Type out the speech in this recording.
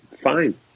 fine